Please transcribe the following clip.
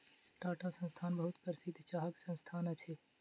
टाटा संस्थान बहुत प्रसिद्ध चाहक संस्थान अछि